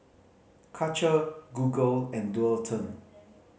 Karcher Google and Dualtron